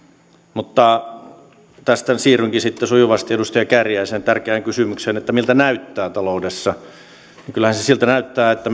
mutta tästä siirrynkin sujuvasti edustaja kääriäisen tärkeään kysymykseen että miltä näyttää taloudessa kyllähän se siltä näyttää että